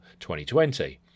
2020